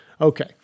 Okay